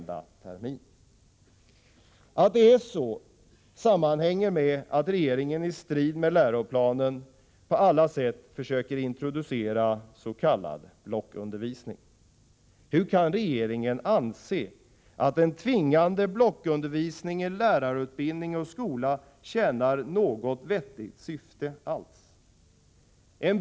Att det är så sammanhänger med att regeringen i strid med läroplanen på alla sätt försöker introducera s.k. blockundervisning. Hur kan regeringen anse att en tvingande blockundervisning i lärarutbildning och skola tjänar något vettigt syfte alls?